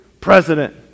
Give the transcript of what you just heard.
president